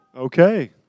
Okay